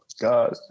god